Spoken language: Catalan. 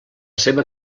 seva